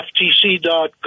ftc.gov